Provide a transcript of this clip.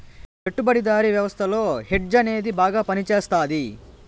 పెట్టుబడిదారీ వ్యవస్థలో హెడ్జ్ అనేది బాగా పనిచేస్తది